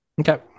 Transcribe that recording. okay